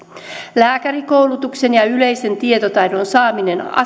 lääkärikoulutuksen ja yleisen tietotaidon saaminen